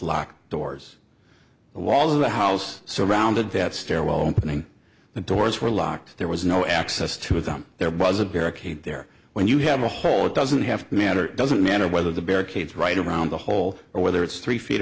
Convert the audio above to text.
lock doors the wall of the house surrounded that stairwell opening the doors were locked there was no access to them there was a barricade there when you have a hole it doesn't have to matter it doesn't matter whether the barricades right around the hole or whether it's three feet